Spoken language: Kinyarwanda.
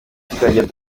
tukajya